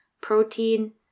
protein